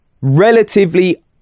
relatively